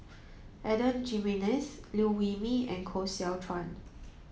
Adan Jimenez Liew Wee Mee and Koh Seow Chuan